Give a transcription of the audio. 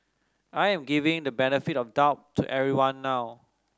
I am giving the benefit of the doubt to everyone now